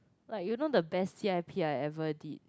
like you know the best C_I_P I ever did